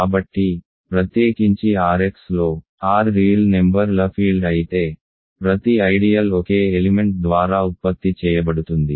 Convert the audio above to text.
కాబట్టి ప్రత్యేకించి R x లో R వాస్తవ నెంబర్ ల ఫీల్డ్ అయితే ప్రతి ఐడియల్ ఒకే ఎలిమెంట్ ద్వారా ఉత్పత్తి చేయబడుతుంది